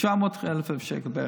900,000 שקל בערך.